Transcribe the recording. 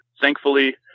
Thankfully